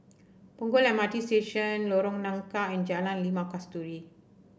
Punggol M R T Station Lorong Nangka and Jalan Limau Kasturi